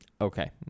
Okay